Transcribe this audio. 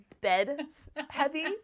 bed-heavy